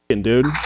dude